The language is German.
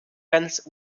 ganz